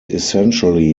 essentially